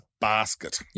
basket